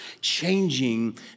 changing